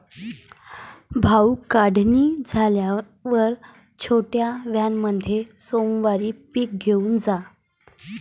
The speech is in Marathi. भाऊ, काढणी झाल्यावर छोट्या व्हॅनमध्ये सोमवारी पीक घेऊन जा